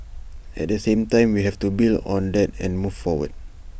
at the same time we have to build on that and move forward